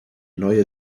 neue